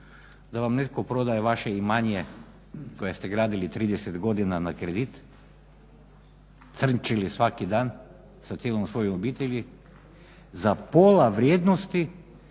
da vam netko prodaje vaše imanje koje ste gradili 30 godina na kredit, crnčili svaki dan sa cijelom svojoj obitelji za pola vrijednosti